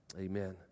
Amen